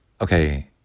Okay